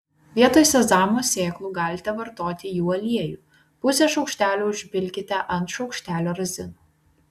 vietoj sezamo sėklų galite vartoti jų aliejų pusę šaukštelio užpilkite ant šaukštelio razinų